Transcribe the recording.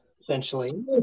essentially